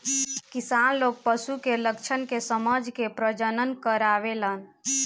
किसान लोग पशु के लक्षण के समझ के प्रजनन करावेलन